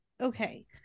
okay